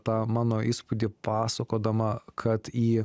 tą mano įspūdį pasakodama kad į